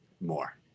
More